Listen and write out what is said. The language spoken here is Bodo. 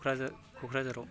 क'क्राझार क'क्राझाराव